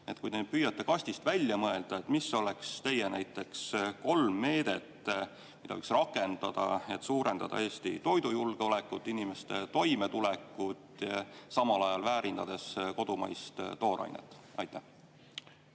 Kui te püüaksite kastist välja mõelda, siis mis oleks teie kolm meedet, mida võiks rakendada, et suurendada Eesti toidujulgeolekut, inimeste toimetulekut, samal ajal väärindades kodumaist toorainet? Aitäh,